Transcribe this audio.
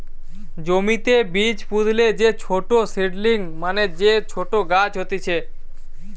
জমিতে বীজ পুতলে যে ছোট সীডলিং মানে যে ছোট গাছ হতিছে